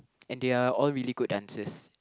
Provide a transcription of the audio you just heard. and they are all really good dancers